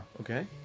Okay